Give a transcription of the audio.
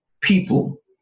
people